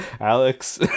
Alex